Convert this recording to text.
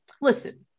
listen